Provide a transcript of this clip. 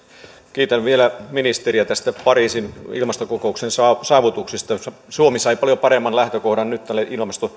kiitän vielä ministeriä näistä pariisin ilmastokokouksen saavutuksista joilla suomi sai paljon paremman lähtökohdan nyt tälle